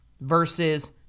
versus